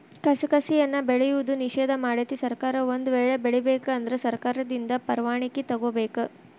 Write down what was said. ಕಸಕಸಿಯನ್ನಾ ಬೆಳೆಯುವುದು ನಿಷೇಧ ಮಾಡೆತಿ ಸರ್ಕಾರ ಒಂದ ವೇಳೆ ಬೆಳಿಬೇಕ ಅಂದ್ರ ಸರ್ಕಾರದಿಂದ ಪರ್ವಾಣಿಕಿ ತೊಗೊಬೇಕ